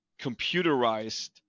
computerized